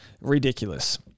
ridiculous